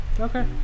Okay